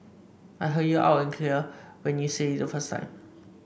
I heard you loud and clear when you said it the first time